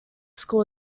school